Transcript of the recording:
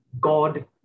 God